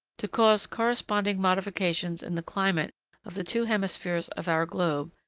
to cause corresponding modifications in the climate of the two hemispheres of our globe,